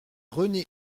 rené